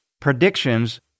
predictions